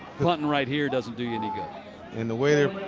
punting right here doesn't do you any good. and the way they're